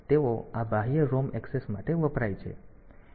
તેથી તેઓ આ બાહ્ય ROM ઍક્સેસ માટે વપરાય છે